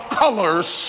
colors